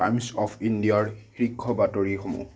Times of ইণ্ডিয়াৰ শীৰ্ষ বাতৰিসমূহ